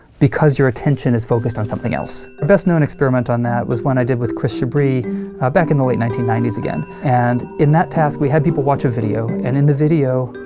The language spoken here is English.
because your attention is focused on something else. our best-known experiment on that was one i did with chris chabris back in the late nineteen ninety s again. and in that task, we had people watch a video. and in the video,